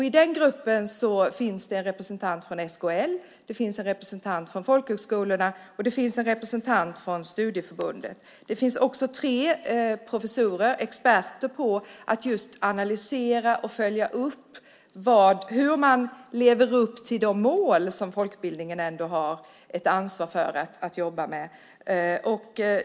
I den gruppen finns en representant för SKL, en representant för folkhögskolorna och en representant för studieförbunden. Dessutom finns där tre professorer, experter på att analysera och följa upp hur man lever upp till de mål som folkbildningen har ett ansvar för att jobba med.